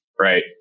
right